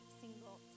single